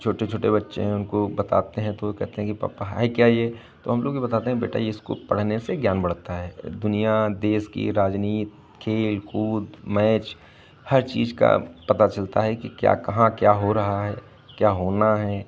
छोटे छोटे बच्चे हैं उनको बताते हैं तो वाे कहते हैं कि पापा है क्या ये तो हम लोग भी बताते हैं बेटा ये इसको पढ़ने से ज्ञान बढ़ता है दुनियाँ देश की राजनीति खेल कूद मैच हर चीज़ का पता चलता है कि क्या कहाँ क्या हो रहा है क्या होना है